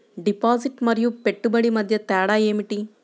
Deposit మరియు పెట్టుబడి మధ్య తేడా ఏమిటి?